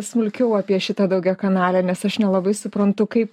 smulkiau apie šitą daugiakanalę nes aš nelabai suprantu kaip